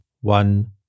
one